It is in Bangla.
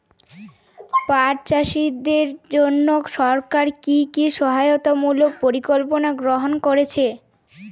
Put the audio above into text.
পাট চাষীদের জন্য সরকার কি কি সহায়তামূলক পরিকল্পনা গ্রহণ করেছে?